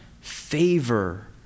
favor